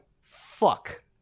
fuck